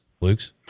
Luke's